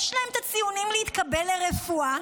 יש להם את הציונים להתקבל לרפואה,